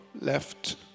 left